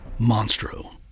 Monstro